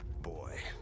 boy